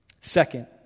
Second